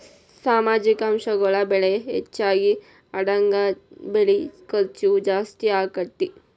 ಸಾಮಾಜಿಕ ಅಂಶಗಳ ಬೆಲೆ ಹೆಚಗಿ ಆದಂಗ ಬೆಳಿ ಖರ್ಚು ಜಾಸ್ತಿ ಅಕ್ಕತಿ